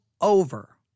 over